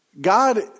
God